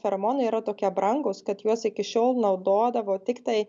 feromonai yra tokie brangūs kad juos iki šiol naudodavo tiktai